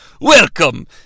Welcome